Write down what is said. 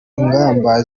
ingamba